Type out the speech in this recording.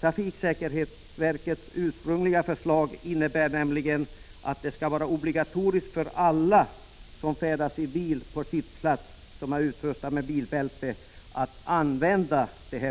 Trafiksäkerhetsverkets ursprungliga förslag innebär nämligen att det skall vara obligatoriskt för alla som färdas i bil på sittplats som är utrustad med bilbälte att använda bältet.